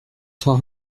trois